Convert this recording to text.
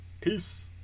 Peace